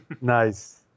Nice